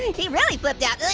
he really flipped out.